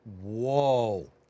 Whoa